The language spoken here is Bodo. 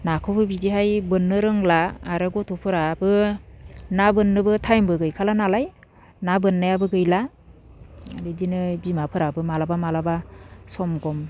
नाखौबो बिदिहाय बोननो रोंला आरो गथ'फोराबो ना बोननोबो टाइमबो गैखाला नालाय ना बोननायाबो गैला बिदिनो बिमाफोराबो माब्लाबा माब्लाबा सम सम